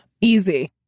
Easy